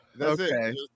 Okay